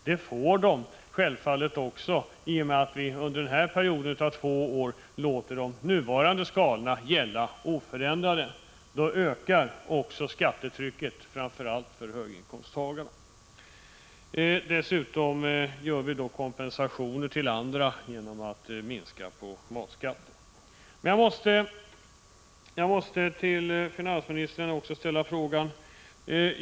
Det får de också i och med att vi under den innevarande tvåårsperioden låter de nuvarande skalorna gälla oförändrade. Då ökar skattetrycket för framför allt höginkomsttagarna. Dessutom vill vi ge andra grupper kompensationer genom minskad matskatt. Jag måste också få ställa en fråga till finansministern.